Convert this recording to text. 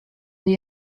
the